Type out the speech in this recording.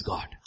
God